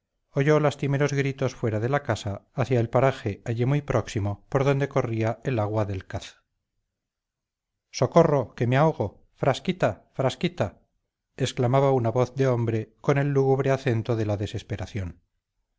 oyó lastimeros gritos fuera de la casa hacia el paraje allí muy próximo por donde corría el agua del caz socorro que me ahogo frasquita frasquita exclamaba una voz de hombre con el lúgubre acento de la desesperación